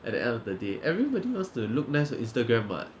at the end of the day everybody wants to look nice on Instagram [what]